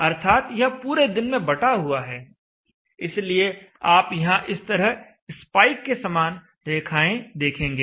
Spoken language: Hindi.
अर्थात यह पूरे दिन में बँटा हुआ है इसलिए आप यहां इस तरह स्पाइक के समान रेखाएं देखेंगे